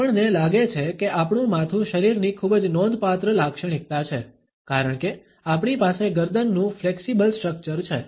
આપણને લાગે છે કે આપણું માથું શરીરની ખૂબ જ નોંધપાત્ર લાક્ષણિકતા છે કારણ કે આપણી પાસે ગરદનનું ફ્લેક્સિબલ સ્ટ્રક્ચર છે